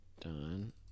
Done